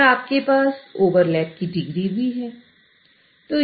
और आपके पास ओवरलैप की डिग्री भी है